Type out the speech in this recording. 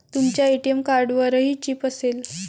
तुमच्या ए.टी.एम कार्डवरही चिप असेल